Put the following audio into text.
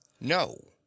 No